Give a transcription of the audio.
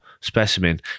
specimen